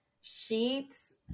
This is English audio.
sheets